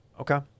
Okay